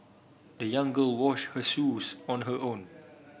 the young girl washed her shoes on her own